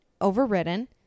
overridden